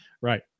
right